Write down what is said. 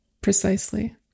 Precisely